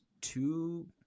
two